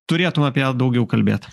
turėtum apie ją daugiau kalbėt